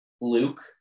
Luke